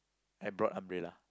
I brought umbrella